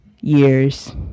years